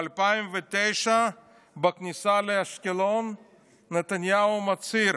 ב-2009 בכניסה לאשקלון נתניהו מצהיר: